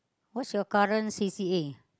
what's your current c_c_a